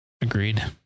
Agreed